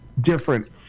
different